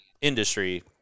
industry